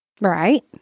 Right